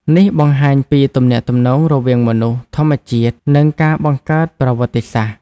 នេះបង្ហាញពីទំនាក់ទំនងរវាងមនុស្ស ធម្មជាតិ និងការបង្កើតប្រវត្តិសាស្ត្រ។